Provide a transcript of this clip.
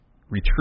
retrieve